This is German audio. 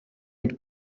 mit